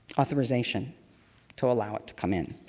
authorization to allow it to come in.